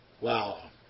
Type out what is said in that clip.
Wow